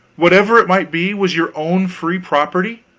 whatever it might be, was your own free property?